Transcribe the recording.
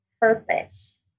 purpose